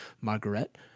Margaret